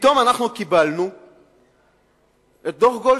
ופתאום אנחנו קיבלנו את דוח-גולדסטון,